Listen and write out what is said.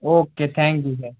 okay thank you sir